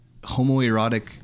homoerotic